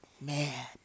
man